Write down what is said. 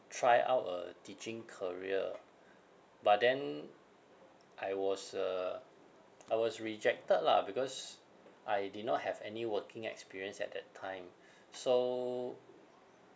try out a teaching career but then I was uh I was rejected lah because I did not have any working experience at that time so